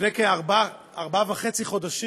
לפני כארבעה חודשים וחצי,